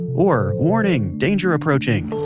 or warning, danger approaching!